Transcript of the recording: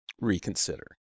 reconsider